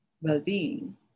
well-being